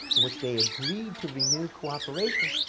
which they agreed to renew cooperation.